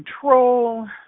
control